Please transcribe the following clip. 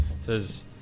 says